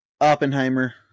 Oppenheimer